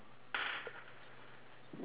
no~ no~ none of them is there